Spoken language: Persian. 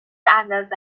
اندازه